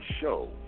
show